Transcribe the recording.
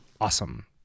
awesome